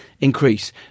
increase